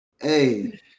Hey